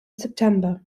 september